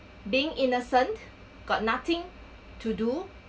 being innocent got nothing to do